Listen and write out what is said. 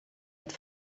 het